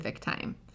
time